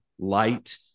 light